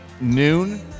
noon